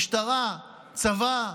משטרה, צבא,